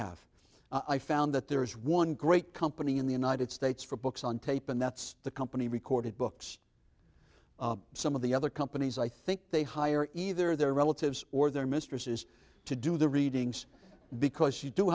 have i found that there is one great company in the united states for books on tape and that's the company record books some of the other companies i think they hire either their relatives or their mistresses to do the readings because you do